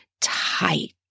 tight